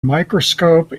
microscope